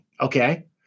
okay